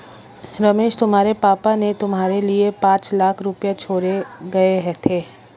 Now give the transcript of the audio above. रमेश तुम्हारे पापा ने तुम्हारे लिए पांच लाख रुपए छोड़े गए थे